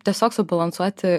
tiesiog subalansuoti